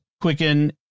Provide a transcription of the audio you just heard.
Quicken